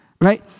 Right